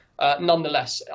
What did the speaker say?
Nonetheless